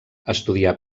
estudià